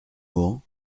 mohan